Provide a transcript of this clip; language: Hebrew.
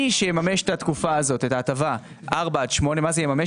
מי שיממש את ההטבה הזאת ארבע עד שמונה - מי זה יממש?